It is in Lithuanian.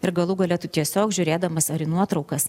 ir galų gale tu tiesiog žiūrėdamas ar į nuotraukas